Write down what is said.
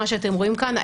מה שאתם רואים כאן,